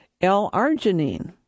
L-arginine